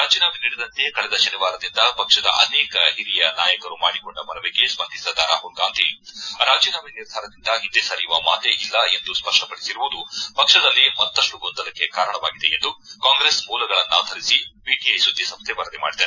ರಾಜೀನಾಮೆ ನೀಡದಂತೆ ಕಳೆದ ಶನಿವಾರದಿಂದ ಪಕ್ಷದ ಅನೇಕ ಹಿರಿಯ ನಾಯಕರು ಮಾಡಿಕೊಂಡ ಮನವಿಗೆ ಸ್ಪಂದಿಸದ ರಾಹುಲ್ ಗಾಂಧಿ ರಾಜೀನಾಮೆ ನಿರ್ಧಾರದಿಂದ ಹಿಂದೆ ಸರಿಯುವ ಮಾತೇ ಇಲ್ಲ ಎಂದು ಸಪ್ಪಪಡಿಸಿರುವುದು ಪಕ್ಷದಲ್ಲಿ ಮತ್ತಷ್ಟು ಗೊಂದಲಕ್ಕೆ ಕಾರಣವಾಗಿದೆ ಎಂದು ಕಾಂಗ್ರೆಸ್ ಮೂಲಗಳನ್ನಾಧರಿಸಿ ಪಿಟಿಐ ಸುದ್ದಿ ಸಂಸ್ಥೆ ವರದಿ ಮಾಡಿದೆ